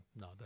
No